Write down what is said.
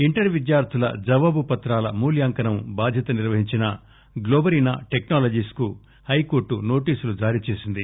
inter విద్యార్లుల జవాబుపత్రాల మూల్యాంకనం బాధ్యత నిర్వహించిన గ్లోబరీనా టెక్పాలజీస్ కు హైకోర్లు నోటీసులు జారీచేసింది